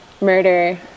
murder